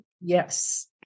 Yes